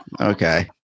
Okay